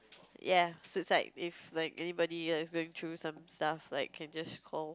ya suicide if anybody like going through some stuff can just call